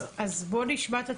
בואו נשמע את התהליך.